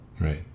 right